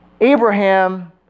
Abraham